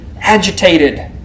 agitated